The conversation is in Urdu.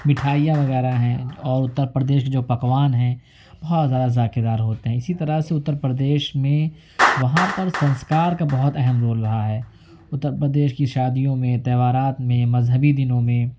مٹھائیاں وغیرہ ہیں اور اُتّر پردیش جو پکوان ہے بہت زیادہ ذائقے دار ہوتے ہیں اسی طرح سے اُتّر پردیش میں وہاں پر سنسکار کا بہت اہم رول رہا ہے اُتّر پردیش کی شادیوں میں تہوار میں مذہبی دنوں میں